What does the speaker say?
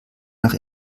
nach